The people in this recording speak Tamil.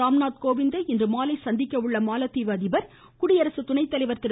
ராம்நாத் கோவிந்த்தை இன்று மாலை சந்திக்கும் மாலத்தீவு அதிபர் குடியரசு துணை தலைவர் திரு